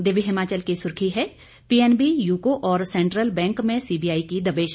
दिव्य हिमाचल की सुर्खी है पीएनबी यूको और सेंट्रल बैंक में सीबीआई की दबिश